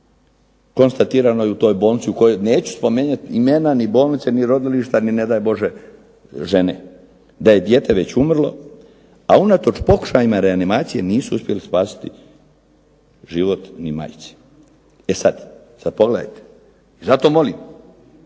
Konstatirao je u toj bolnici u kojoj, neću spominjat imena ni bolnice ni rodilišta ni ne daj Bože žene, da je dijete već umrlo, a unatoč pokušajima reanimacije nisu uspjeli spasiti život ni majci. E sad pogledajte, zato molim,